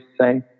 say